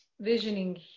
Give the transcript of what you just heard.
visioning